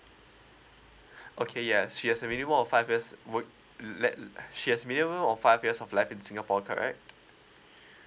okay yes she has already more of five years would let she has minimum of five years of live in singapore correct